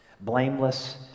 blameless